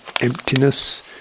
emptiness